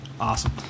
Awesome